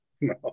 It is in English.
No